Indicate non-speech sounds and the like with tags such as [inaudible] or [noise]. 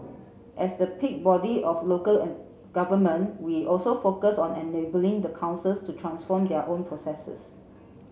as the peak body of local [unintelligible] government we also focused on enabling the councils to transform their own processes